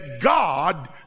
God